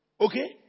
Okay